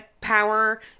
power